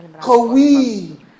Kawi